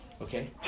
okay